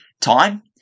time